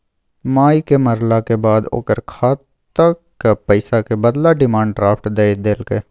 मायक मरलाक बाद ओकर खातक पैसाक बदला डिमांड ड्राफट दए देलकै